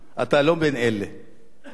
אני לא בעד אוטופיה.